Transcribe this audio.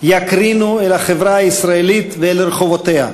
יקרינו על החברה הישראלית ועל רחובותיה.